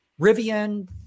Rivian